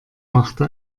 machte